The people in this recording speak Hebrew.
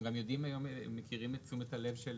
אנחנו מכירים את תשומת הלב של